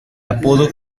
apodo